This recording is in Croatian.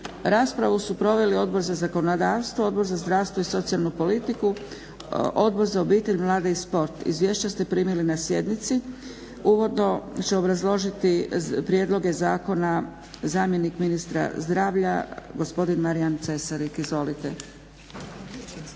Raspravu su proveli Odbor za zakonodavstvo, Odbor za zdravstvo i socijalnu politiku, Odbor za obitelj, mlade i sport. Izvješća ste primili na sjednici. Uvodno će obrazložiti prijedloge zakona zamjenik ministra zdravlja gospodin Marijan Cesarik. Izvolite.